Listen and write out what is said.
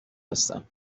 هستم